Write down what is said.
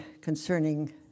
concerning